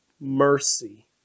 mercy